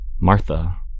Martha